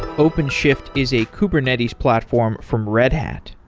openshift is a kubernetes platform from red hat.